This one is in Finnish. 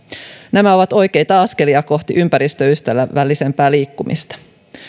nämä ovat oikeita askelia kohti ympäristöystävällisempää liikkumista